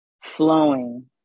flowing